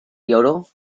yodel